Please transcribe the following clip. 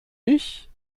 ich